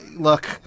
Look